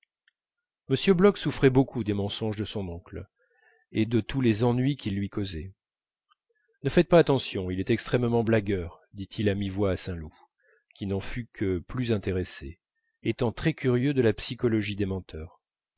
m bloch souffrait beaucoup des mensonges de son oncle et de tous les ennuis qu'ils lui causaient ne faites pas attention il est extrêmement blagueur dit-il à mi-voix à saint loup qui n'en fut que plus intéressé étant très curieux de la psychologie des menteurs